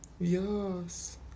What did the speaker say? Yes